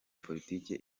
politike